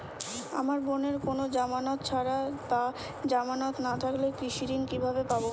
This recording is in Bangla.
আমার বোনের কোন জামানত ছাড়া বা জামানত না থাকলে কৃষি ঋণ কিভাবে পাবে?